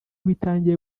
bitangiye